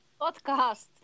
podcast